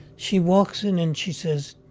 she walks in, and she says,